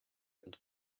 und